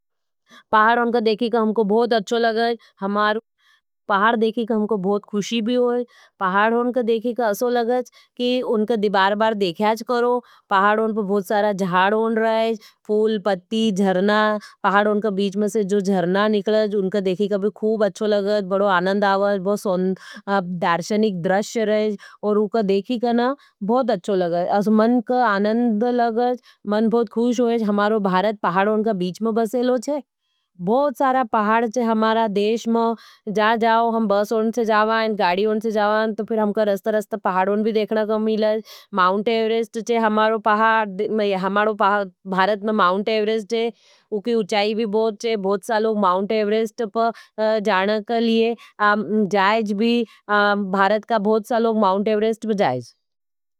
पहाड उनका देखी का हमको बहुत अच्छो लगाज। हमारो पहाड देखी का हमको बहुत खुशी भी होगा। पहाड उनका देखी का असो लगाज। कि उनका बार-बार देखयाज करो। पहाड उनका बहुत सारा ज्जाड होन रहा है। पहाड उनका बीच में जो जर्ना निकलाज। उनका देखी का भी खुब अच्छो लगाज। बहुत आनंद आवाज। बहुत दार्शनिक द्रश्य रहेज। उनका देखी का न बहुत अच्छो लगाज। मन का आनंद लगाज। हमारे भारत पहाड उनका बीच में बसेलो है। बहुत सारा पहाड है हमारा देश में। जा जाओ हम बस उनसे जावा हैं। गाडी उनसे जावा हैं। तो फिर हमका रस्त रस्त पहाड उन भी देखना कमीला है। हमारे भारत में मांट एवरेस्ट है।